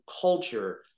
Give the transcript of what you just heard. culture